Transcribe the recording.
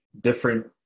different